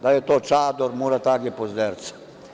Da li je to čador Murata Age Pozderca?